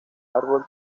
árbol